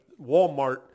Walmart